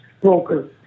broker